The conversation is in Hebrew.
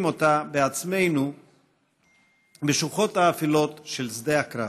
אותה בעצמנו בשוחות האפלות של שדה הקרב,